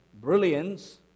brilliance